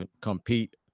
compete